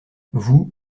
vous